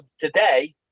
today